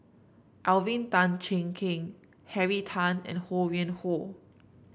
Alvin Tan Cheong Kheng Henry Tan and Ho Yuen Hoe